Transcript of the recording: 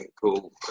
cool